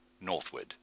Northward